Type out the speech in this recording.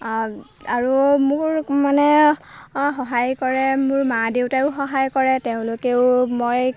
আৰু মোৰ মানে সহায় কৰে মোৰ মা দেউতায়ো সহায় কৰে তেওঁলোকেও মই